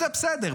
זה בסדר.